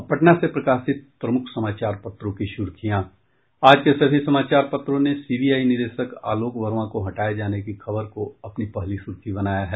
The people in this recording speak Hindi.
अब पटना से प्रकाशित प्रमुख समाचार पत्रों की सुर्खियां आज के सभी समाचार पत्रों ने सीबीआई निदेशक आलोक वर्मा को हटाये जाने की खबर को अपनी पहली सुर्खी बनाया है